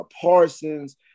Parsons